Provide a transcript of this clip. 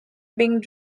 being